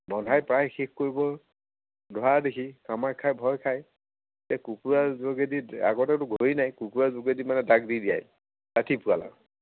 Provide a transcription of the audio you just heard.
বন্ধাই প্ৰায় শেষ কৰিবৰ ধৰা দেখি কামাখ্যাই ভয় খাই এই কুকুৰাৰ যোগেদি আগতেতো ঘড়ী নাই কুকুৰাৰ যোগেদি মানে ডাক দি দিয়ায় ৰাতি পুৱাল আৰু